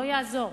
לא יעזור.